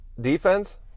defense